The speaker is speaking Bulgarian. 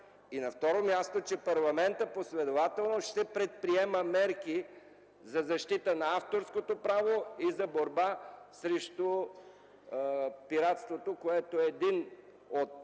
и, на второ място, че парламентът последователно ще предприема мерки за защита на авторското право и за борба срещу пиратството – един от